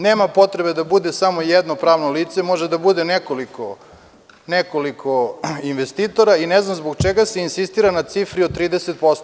Nema potrebe da bude samo jedno pravno lice, može da bude nekoliko investitora, i ne znam zbog čega se insistira na cifri od 30%